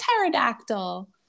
pterodactyl